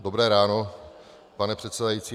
Dobré ráno, pane předsedající.